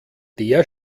der